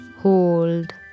Hold